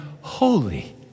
holy